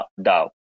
DAO